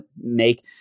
make